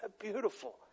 Beautiful